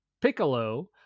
Piccolo